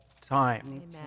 time